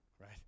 right